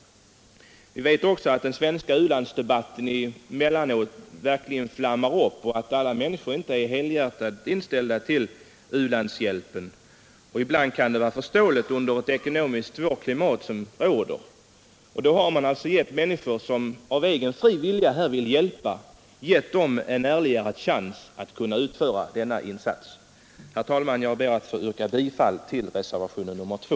Vi vet att den svenska u-landsdebatten emellanåt verkligen flammar upp och att inte alla människor är helhjärtade anhängare av u-landshjälpen. Ibland kan det vara förståeligt i ett svårt ekonomiskt klimat som det som rådande. Genom vårt förslag skulle man ge de människor, som av egen fri vilja försöker hjälpa, en ärligare chans att göra denna insats. Herr talman! Jag ber att få yrka bifall till reservationen 2.